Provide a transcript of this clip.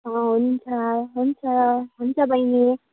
हुन्छ हुन्छ हुन्छ बहिनी